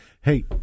Hey